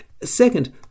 Second